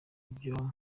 ibyo